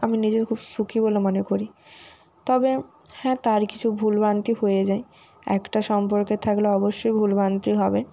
আমি নিজেকে খুব সুখী বলে মনে করি তবে হ্যাঁ তার কিছু ভুলভ্রান্তি হয়ে যায় একটা সম্পর্কে থাকলে অবশ্যই ভুলভ্রান্তি হবে